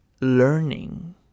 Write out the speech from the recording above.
learning